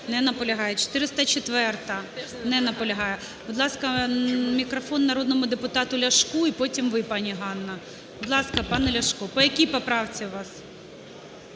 Не наполягає. 404-а. Не наполягає. Будь ласка, мікрофон народному депутату Ляшку і потім ви, пані Ганна. Будь ласка, пане Ляшко. По якій поправці у вас?